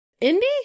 Indy